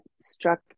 struck